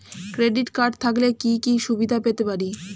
Credit card থাকলে কি কি সুবিধা পেতে পারি?